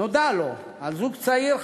נודע לו על זוג צעיר,